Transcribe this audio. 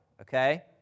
okay